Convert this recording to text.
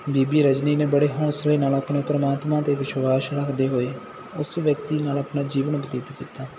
ਬੀਬੀ ਰਜਨੀ ਨੇ ਬੜੇ ਹੌਂਸਲੇ ਨਾਲ ਆਪਣੇ ਪਰਮਾਤਮਾ 'ਤੇ ਵਿਸ਼ਵਾਸ ਰੱਖਦੇ ਹੋਏ ਉਸ ਵਿਅਕਤੀ ਨਾਲ ਆਪਣਾ ਜੀਵਨ ਬਤੀਤ ਕੀਤਾ